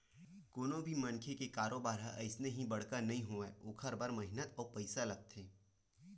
कोनो भी मनखे के कारोबार ह अइसने ही बड़का नइ होवय ओखर बर मेहनत अउ पइसा लागथे